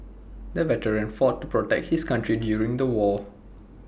the veteran fought to protect his country during the war